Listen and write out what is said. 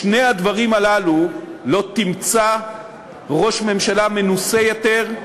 בשני הדברים הללו לא תמצא ראש ממשלה מנוסה יותר,